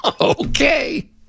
Okay